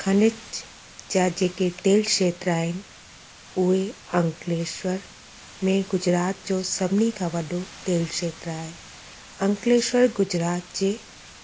खनिज जा जेके तेल क्षेत्र आहिनि उहे अंकलेश्वर में गुजरात जो सभिनी खां वॾो तेल क्षेत्र आहे अंकलेश्वर गुजरात जे